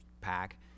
pack